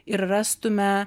ir rastume